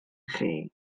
chi